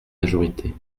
majorité